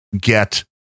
get